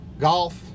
golf